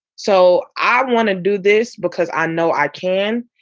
so i want to do this because i know i can.